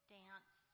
dance